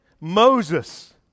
Moses